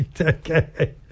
Okay